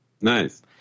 nice